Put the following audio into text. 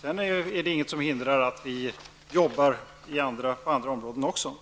Sedan är det ju ingenting som hindrar att vi arbetar på andra områden också.